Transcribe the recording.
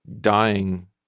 dying